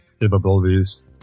capabilities